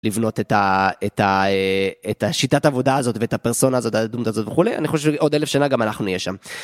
לבנות את השיטת העבודה הזאת ואת הפרסונה הזאת וכו', אני חושב שעוד אלף שנה גם אנחנו נהיה שם.